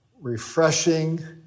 refreshing